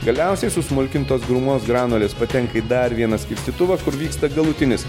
galiausiai susmulkintos gumos granulės patenka į dar vieną skirstytuvą kur vyksta galutinis